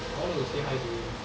I wanted to say hi to him